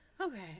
Okay